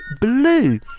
blue